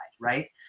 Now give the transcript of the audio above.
right